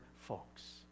folks